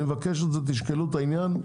אני מבקש שתשקלו את העניין.